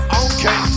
okay